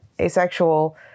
asexual